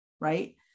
right